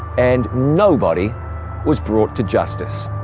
and nobody was brought to justice.